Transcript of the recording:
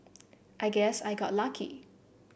I guess I got lucky